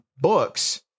books